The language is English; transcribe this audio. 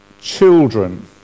children